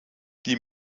die